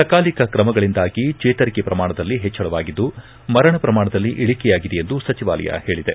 ಸಕಾಲಿಕ ಕ್ರಮಗಳಿಂದಾಗಿ ಚೇತರಿಕೆ ಪ್ರಮಾಣದಲ್ಲಿ ಹೆಚ್ಚಳವಾಗಿದ್ದು ಮರಣ ಪ್ರಮಾಣದಲ್ಲಿ ಇಳಿಕೆಯಾಗಿದೆ ಎಂದು ಸಚಿವಾಲಯ ಹೇಳಿದೆ